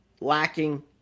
lacking